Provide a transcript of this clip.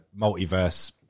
multiverse